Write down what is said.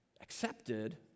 accepted